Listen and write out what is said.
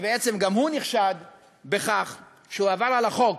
שבעצם גם הוא נחשד בכך שהוא עבר על החוק.